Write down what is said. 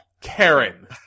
Karen